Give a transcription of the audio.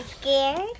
scared